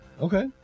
Okay